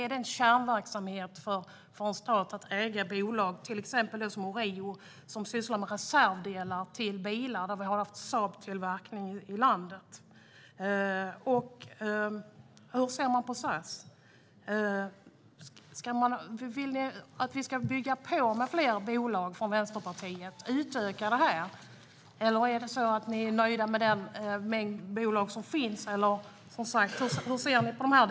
Är det en kärnverksamhet för en stat att äga bolag som Orio, som sysslar med reservdelar till bilar då vi har haft Saabtillverkning i landet? Och hur ser man på SAS? Vill Vänsterpartiet att vi ska bygga på med fler bolag och utöka? Eller är ni nöjda med den mängd bolag som finns? Hur ser ni på detta?